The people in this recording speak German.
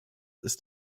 ist